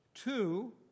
Two